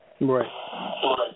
Right